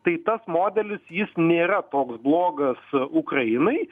tai tas modelis jis nėra toks blogas ukrainai